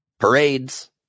parades